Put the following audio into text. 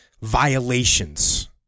violations